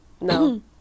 No